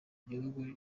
gihugu